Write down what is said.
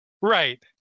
Right